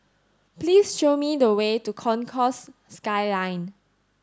please show me the way to Concourse Skyline